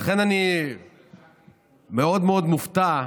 לכן, אני מאוד מופתע,